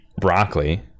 broccoli